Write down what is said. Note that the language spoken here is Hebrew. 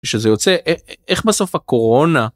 שזה יוצא איך בסוף הקורונה.